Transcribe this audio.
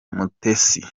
mutesi